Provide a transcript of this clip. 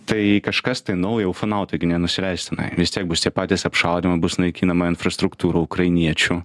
tai kažkas tai naujo ufonautai gi nenusileis tenai vis tiek bus tie patys apšaudymai bus naikinama infrastruktūra ukrainiečių